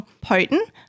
potent